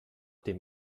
dem